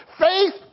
Faith